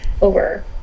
over